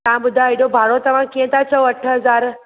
तव्हां ॿुधायो हेॾो भाड़ो अथव कीअं था चओ अठ हज़ार